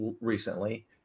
recently